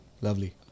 lovely